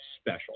special